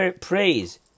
Praise